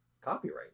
copyright